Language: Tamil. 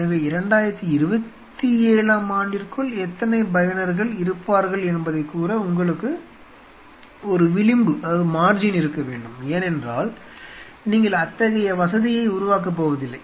எனவே 2027 ஆம் ஆண்டிற்குள் எத்தனை பயனர்கள் இருப்பார்கள் என்பதைக் கூற உங்களுக்கு ஒரு விளிம்பு இருக்க வேண்டும் ஏனென்றால் நீங்கள் அத்தகைய வசதியை உருவாக்கப் போவதில்லை